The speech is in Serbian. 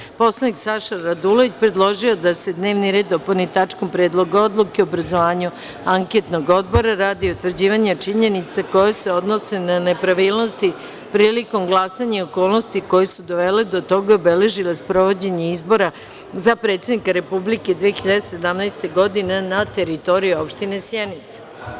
Narodni poslanik Saša Radulović predložio je da se dnevni red dopuni tačkom – Predlog odluke o obrazovanju anketnog odbora radi utvrđivanja činjenica koje se odnose na nepravilnosti prilikom glasanja i okolnosti koje su dovele do toga i obeležile sprovođenje izbora za predsednika Republike 2017. godine na teritoriji opštine Sjenica.